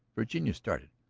virginia started.